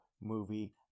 movie